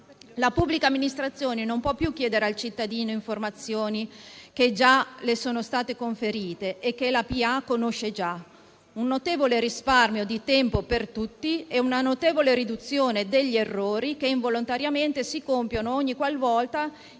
La pubblica amministrazione non può più chiedere al cittadino informazioni, che già le sono state conferite e che la pubblica amministrazione conosce già: ciò comporterà un notevole risparmio di tempo per tutti e una notevole riduzione degli errori, che involontariamente si compiono ogni qualvolta